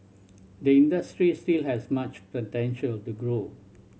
the industry still has much potential to grow